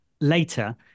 Later